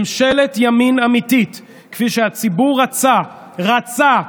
ממשלת ימין אמיתית כפי שהציבור רצה, רצה,